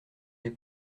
les